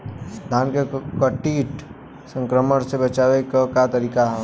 धान के कीट संक्रमण से बचावे क का तरीका ह?